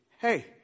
Hey